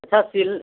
अच्छा सिल